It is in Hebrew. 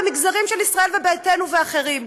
במגזרים של ישראל ביתנו ואחרים.